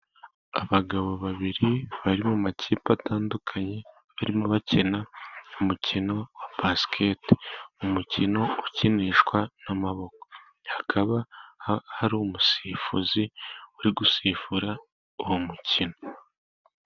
Abagabo babiri bari mu makipe atandukanye barimo bakina umukino wa basikete, umukino ukinishwa n'amaboko. Hakaba hari umusifuzi uri gusifura uwo mukino.